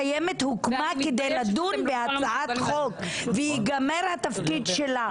הוועדה המשותפת הקיימת הוקמה כדי לדון בהצעת חוק וייגמר התפקיד שלה,